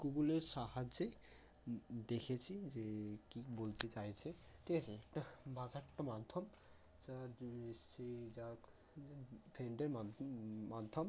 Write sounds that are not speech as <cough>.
গুগুলের সাহায্যে দেখেছি যে কী বলতে চাইছে ঠিক আছে একটা ভাষা একটা মাধ্যম যার জন্য এসছি যা <unintelligible> ফ্রেন্ডের মাধ্যো মাধ্যম